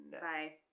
Bye